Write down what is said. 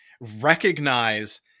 recognize